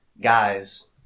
guys